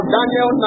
Daniel